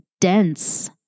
dense